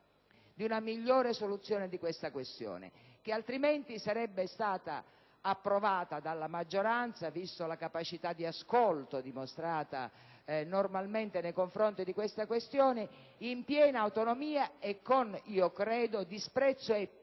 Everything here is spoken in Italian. di una migliore soluzione di questa questione che, altrimenti, sarebbe stata approvata dalla maggioranza, vista la capacità di ascolto dimostrata normalmente nei confronti di questo tema, in piena autonomia e - aggiungo - con disprezzo e pericolo